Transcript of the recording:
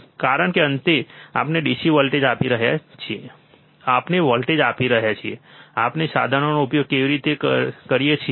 કારણ કે અંતે આપણે DC વોલ્ટેજ આપી રહ્યા છીએ આપણે વોલ્ટેજ આપી રહ્યા છીએ આપણે સાધનોનો ઉપયોગ કરી રહ્યા છીએ